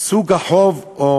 סוג החוב או